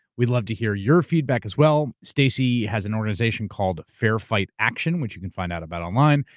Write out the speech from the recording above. we'd love to hear your feedback as well. stacey has an organization called fair fight action, which you can find out about online.